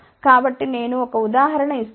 కాబట్టి నేను 1 ఉదాహరణ ఇస్తున్నాను